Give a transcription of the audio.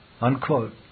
Unquote